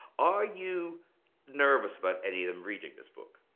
are you nervous about any of them reading this book?